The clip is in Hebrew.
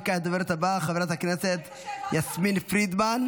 וכעת הדוברת הבאה, חברת הכנסת יסמין פרידמן,